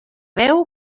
veu